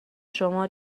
شما